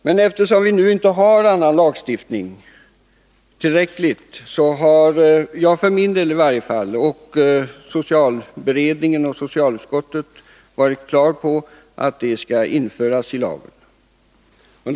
Men eftersom vi inte har annan lagstiftning i tillräcklig omfattning, har jag för min del, liksom socialberedningen och socialutskottet, varit på det klara med att detta måste införas i denna lag.